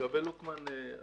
לגבי לוקמן,